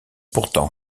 pourtant